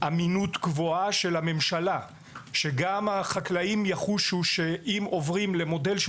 אמינות גבוהה של הממשלה שגם החקלאים יחושו שאם עוברים למודל של